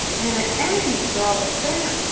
and an enemy's dog at that,